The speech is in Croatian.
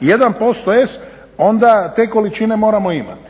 1% S onda te količine moramo imati.